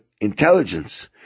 intelligence